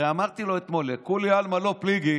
הרי אמרתי לו אתמול: לכולי עלמא לא פליגי